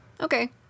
Okay